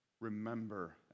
Remember